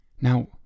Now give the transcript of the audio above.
Now